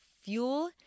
fuel